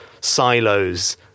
silos